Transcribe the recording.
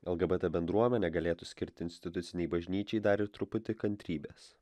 lgbt bendruomenė galėtų skirti institucinei bažnyčiai dar ir truputį kantrybės